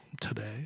today